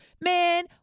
man